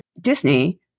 disney